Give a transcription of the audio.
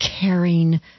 caring